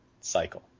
cycle